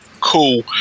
cool